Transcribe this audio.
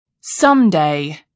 someday